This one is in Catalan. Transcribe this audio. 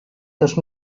dos